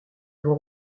vont